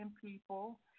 people